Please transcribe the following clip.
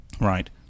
right